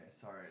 sorry